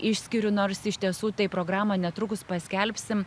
išskiriu nors iš tiesų tai programą netrukus paskelbsim